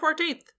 14th